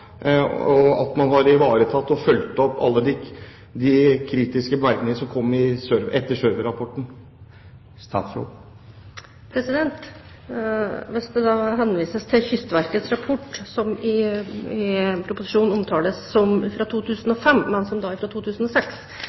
og om man har ivaretatt og fulgt opp alle de kritiske bemerkningene som kom etter «Server»-rapporten. Hvis det henvises til Kystverkets rapport, som i innstillingen omtales som å være fra 2005, men som er fra 2006,